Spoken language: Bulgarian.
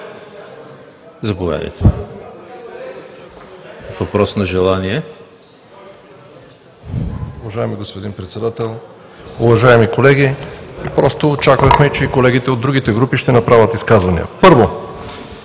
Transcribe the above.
Заповядайте. РУМЕН ГЕЧЕВ (БСП за България): Уважаеми господин Председател, уважаеми колеги! Просто очаквахме, че и колегите от другите групи ще направят изказвания. Първо,